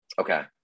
Okay